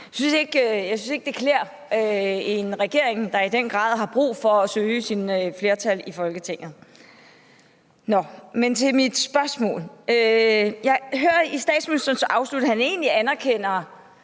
Jeg synes ikke, det klæder en regering, der i den grad har brug for at søge sit flertal i Folketinget. Men så til mit spørgsmål. Jeg hører i statsministerens afslutning, at han egentlig anerkender